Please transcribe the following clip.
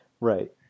Right